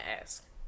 ask